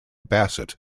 bassett